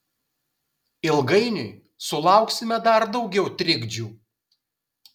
ilgainiui sulauksime dar daugiau trikdžių